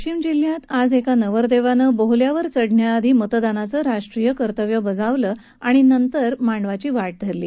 वाशिम जिल्ह्यात आज एका नवरदेवानं बोहल्यावर चढण्याआधी मतदानाचं राष्ट्रीय कर्तव्य बजावलं आणि मगच मांडवाची वाट धरली